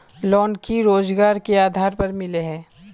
Loan की रोजगार के आधार पर मिले है?